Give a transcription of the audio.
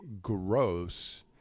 gross